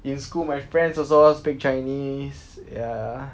in school my friends also speak chinese ya